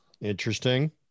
Interesting